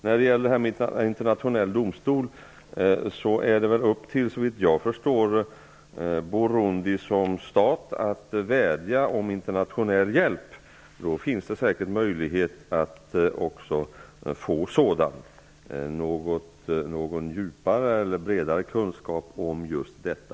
När det gäller detta med internationell domstol vill jag säga att det är upp till Burundi som stat att vädja om internationell hjälp. Det finns säkert möjlighet att också få sådan. Jag har inte någon bredare kunskap om detta.